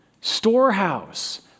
storehouse